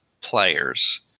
players